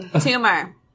tumor